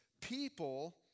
People